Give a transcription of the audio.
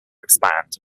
expand